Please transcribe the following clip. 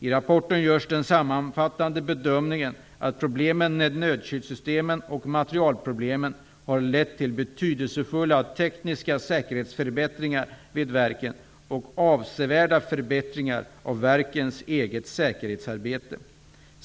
I rapporten görs den sammanfattande bedömningen att problemen med nödkylsystemen och materialproblemen har lett till betydelsefulla tekniska säkerhetsförbättringar vid verken och avsevärda förbättringar av verkens eget säkerhetsarbete.